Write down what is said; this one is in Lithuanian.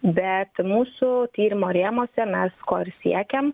bet mūsų tyrimo rėmuose mes ko ir siekiam